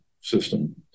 system